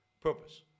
purpose